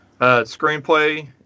Screenplay